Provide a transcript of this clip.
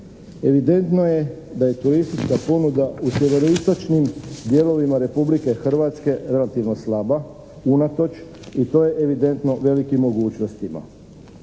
Evidentno je da je turistička ponuda u sjevero-istočnim dijelovima Republike Hrvatske relativno slaba unatoč i to je evidentno velikim mogućnostima.